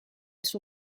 suo